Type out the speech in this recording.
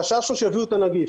החשש הוא שהם יביאו את הנגיף,